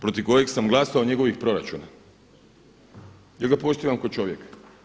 Protiv kojeg sam glasao, njegovih proračuna jer ga poštujem kao čovjeka.